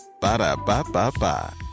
Ba-da-ba-ba-ba